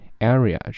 Area